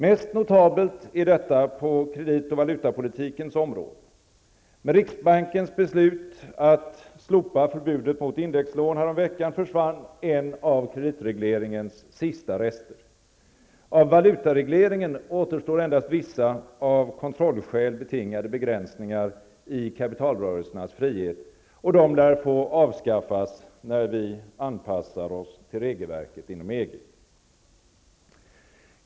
Mest notabelt är detta på kredit och valutapolitikens område. Med riksbankens beslut att slopa förbudet mot indexlån häromveckan försvann en av kreditregleringens sista rester. Av valutaregleringen återstår endast vissa av kontrollskäl betingade begränsningar i kapitalrörelsernas frihet, vilka lär få avskaffas när vi anpassar oss till regelverket inom EG.